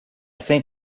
saint